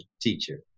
teacher